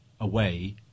away